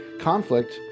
conflict